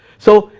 so,